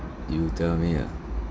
you tell me ah